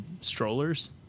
strollers